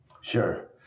Sure